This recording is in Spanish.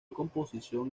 composición